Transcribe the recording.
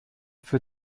für